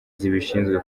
zibishinzwe